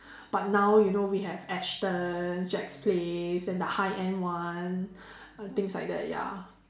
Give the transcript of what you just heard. but now you know we have Astons Jack's-place and the high end one uh things like that ya